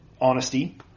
honesty